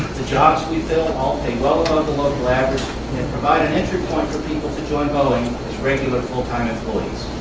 the jobs we fill all pay well above the local average and provide an entry point for people to join boeing as regular full-time employees.